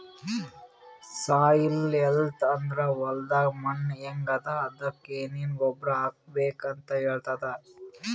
soil health ಅಂದ್ರ ಹೊಲದ್ ಮಣ್ಣ್ ಹೆಂಗ್ ಅದಾ ಅದಕ್ಕ್ ಏನೆನ್ ಗೊಬ್ಬರ್ ಹಾಕ್ಬೇಕ್ ಅಂತ್ ಹೇಳ್ತದ್